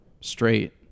straight